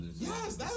Yes